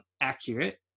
accurate